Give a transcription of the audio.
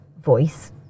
voice